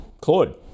claude